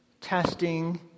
testing